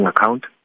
account